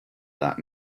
that